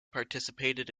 participated